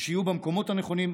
שיהיו במקומות הנכונים,